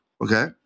Okay